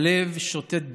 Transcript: הלב שותת דם,